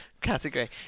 category